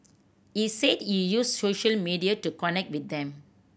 he said he use social media to connect with them